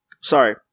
Sorry